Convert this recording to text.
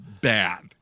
bad